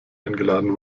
eingeladen